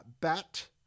BAT